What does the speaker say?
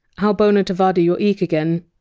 how bona to vada your eek again!